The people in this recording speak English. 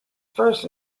first